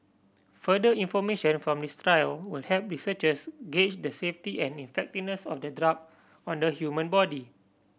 further information from this trial will help researchers gauge the safety and effectiveness of the drug on the human body